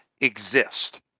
exist